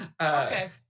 Okay